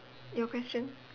your question